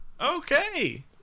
Okay